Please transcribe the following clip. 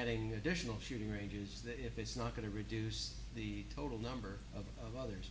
adding additional shooting ranges that if it's not going to reduce the total number of others